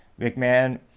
McMahon